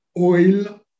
oil